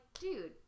dude